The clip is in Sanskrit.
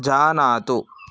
जानातु